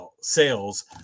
sales